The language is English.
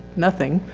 nothing.